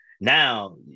Now